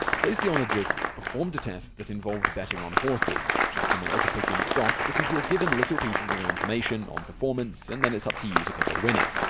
sociologists performed a test that involved betting on horses, which is similar to picking stocks because you're given little pieces of information on performance and then it's up to you to pick a winner.